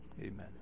Amen